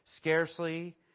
scarcely